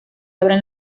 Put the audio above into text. abren